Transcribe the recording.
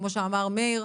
כמו שאמר מאיר,